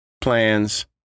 plans